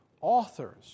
authors